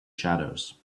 shadows